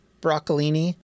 broccolini